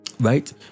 right